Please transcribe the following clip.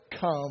come